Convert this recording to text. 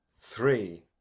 three